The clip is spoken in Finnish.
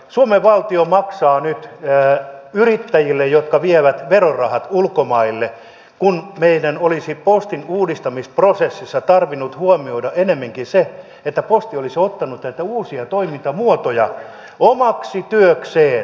suomen valtio maksaa nyt yrittäjille jotka vievät verorahat ulkomaille kun meidän olisi postin uudistamisprosessissa tarvinnut huomioida ennemminkin se että posti olisi ottanut näitä uusia toimintamuotoja omaksi työkseen